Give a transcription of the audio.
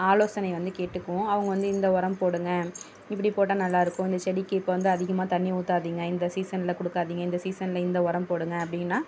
ஆலோசனை வந்து கேட்டுக்குவோம் அவங்க வந்து இந்த உரம் போடுங்கள் இப்படி போட்டால் நல்லாருக்கும் இந்த செடிக்கு இப்போ வந்து அதிகமாக தண்ணி ஊற்றாதிங்க இந்த சீசனில் கொடுக்காதிங்க இந்த சீசனில் இந்த உரம் போடுங்கள் அப்படின்னா